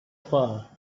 far